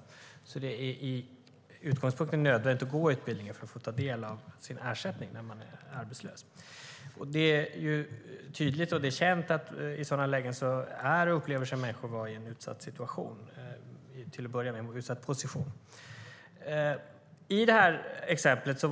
När man är arbetslös är utgångspunkten att det är nödvändigt att gå utbildningen för att få ersättning. Det är tydligt och känt att i sådana lägen är människor i en utsatt situation, till att börja med. I det här exemplet